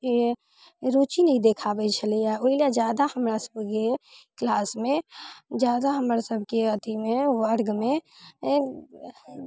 रुचि नहि देखाबै छलै हँ ओइ लऽ जादा हमरा सबके क्लासमे जादा हमरा सबके अथीमे वर्गमे